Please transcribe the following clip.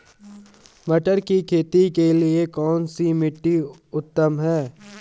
मटर की खेती के लिए कौन सी मिट्टी उत्तम है?